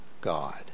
God